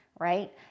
right